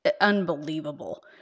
unbelievable